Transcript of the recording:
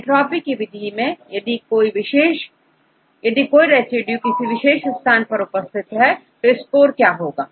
entropy की विधि में यदि कोई रेसिड्यू किसी विशेष स्थान पर उपस्थित है तो स्कोर क्या होगा